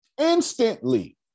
instantly